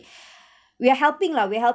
we are helping lah we're helping